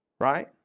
Right